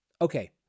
Okay